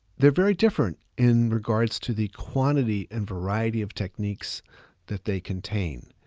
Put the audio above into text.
they're very different in regards to the quantity and variety of techniques that they contain.